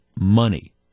money